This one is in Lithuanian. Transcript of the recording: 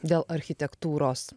dėl architektūros